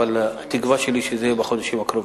אבל התקווה שלי שזה יהיה בחודשים הקרובים.